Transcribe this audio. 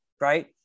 right